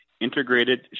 Integrated